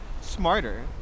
smarter